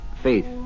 faith